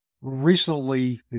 recently